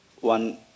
One